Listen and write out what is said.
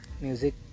music